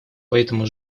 поэтому